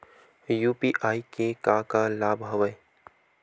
UPI के का का लाभ हवय?